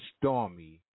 stormy